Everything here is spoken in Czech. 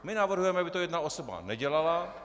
My navrhujeme, aby to jedna osoba nedělala.